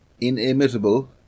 inimitable